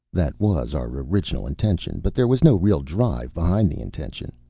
that was our original intention. but there was no real drive behind the intention.